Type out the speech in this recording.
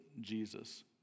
Jesus